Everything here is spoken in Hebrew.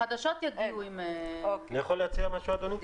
אני יכול להציע משהו, אדוני?